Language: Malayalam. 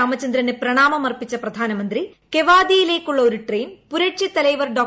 രാമചന്ദ്രന് പ്രണാമമർപ്പിച്ച പ്രധാനമന്ത്രി കെവാദിയയിലേയ്ക്കുള്ള ഒരു ട്രെയിൻ പുരട്ചി തലൈവർ ഡോ